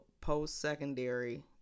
post-secondary